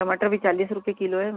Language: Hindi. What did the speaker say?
टमाटर अभी चालीस रुपये किलो है